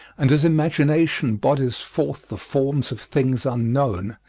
and as imagination bodies forth the forms of things unknown,